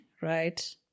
right